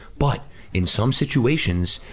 but in some situations,